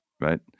right